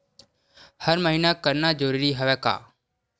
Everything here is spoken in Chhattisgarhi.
हर महीना करना जरूरी हवय का?